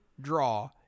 draw